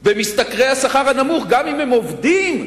במשתכרי השכר הנמוך, גם אם הם עובדים,